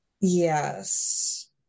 Yes